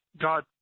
God